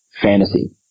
fantasy